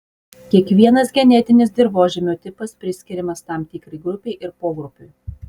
kiekvienas genetinis dirvožemio tipas priskiriamas tam tikrai grupei ir pogrupiui